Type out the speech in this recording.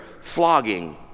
flogging